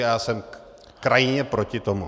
Já jsem krajně proti tomu.